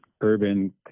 urban